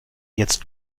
jetzt